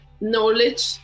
knowledge